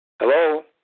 Hello